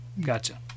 Gotcha